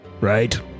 right